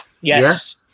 Yes